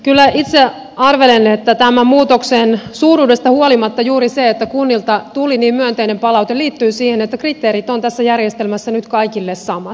kyllä itse arvelen että tämän muutoksen suuruudesta huolimatta juuri se että kunnilta tuli niin myönteinen palaute liittyy siihen että kriteerit ovat tässä järjestelmässä nyt kaikille samat